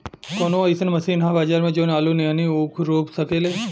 कवनो अइसन मशीन ह बजार में जवन आलू नियनही ऊख रोप सके?